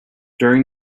during